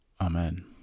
Amen